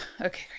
Okay